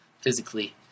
physically